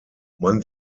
man